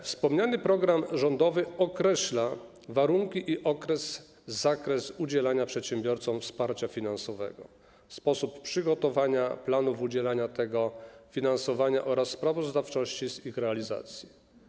Wspomniany program rządowy określa warunki, okres i zakres udzielania przedsiębiorcom wsparcia finansowego, sposób przygotowania planów udzielania tego finansowania oraz sprawozdawczości z ich realizacji.